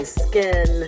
skin